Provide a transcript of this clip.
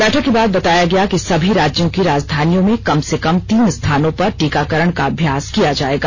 बैठक के बाद बताया गया कि सभी राज्यों की राजधानियों में कम से कम तीन स्थानों पर टीकाकरण का अभ्यास किया जाएगा